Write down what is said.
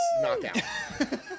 knockout